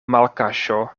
malkaŝo